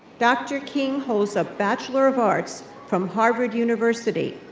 dr. king holds a bachelor of arts from harvard university,